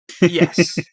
Yes